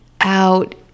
out